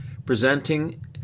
Presenting